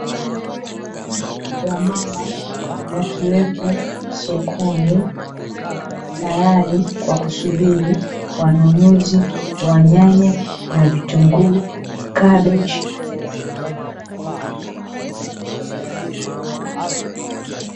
Wamama wakiwepo sokoni, tayari kwa kusubiri wanunuzi wa nyanya na vitunguu, kabechi.